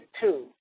two